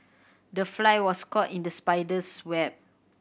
the fly was caught in the spider's web